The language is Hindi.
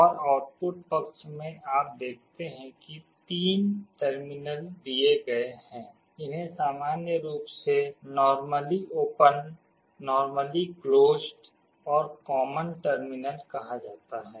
और आउटपुट पक्ष पर आप देखते हैं कि तीन टर्मिनल दिए गए हैं इन्हें सामान्य रूप से नोर्मल्ली ओपन नोर्मल्ली क्लोज्ड और कॉमन टर्मिनल कहा जाता है